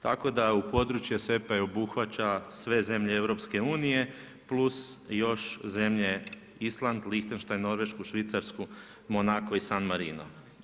Tako da područje SEPA-e obuhvaća sve zemlje EU plus još zemlje Island, Liechtenstein, Norvešku, Švicarsku, Monaco i San Marino.